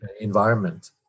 environment